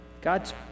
God's